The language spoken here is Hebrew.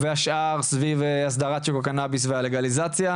והשאר סביב הסדרת שיווק קנביס והלגליזציה.